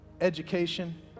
education